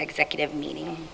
executive meeting